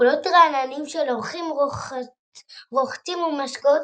קולות רעננים של אורחים רוחצים ומשקאות